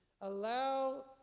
Allow